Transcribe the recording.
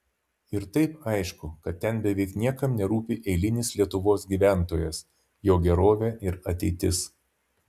ir taip aišku kad ten beveik niekam nerūpi eilinis lietuvos gyventojas jo gerovė ir ateitis